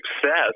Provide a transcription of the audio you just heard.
success